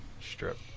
strip